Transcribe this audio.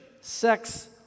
sex